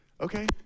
Okay